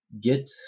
get